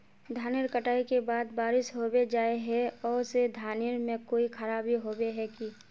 धानेर कटाई के बाद बारिश होबे जाए है ओ से धानेर में कोई खराबी होबे है की?